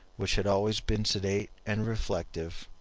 which had always been sedate and reflective,